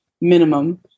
minimum